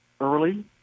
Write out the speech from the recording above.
early